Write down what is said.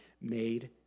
made